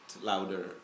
louder